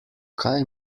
kaj